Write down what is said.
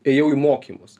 ėjau į mokymus